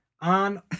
on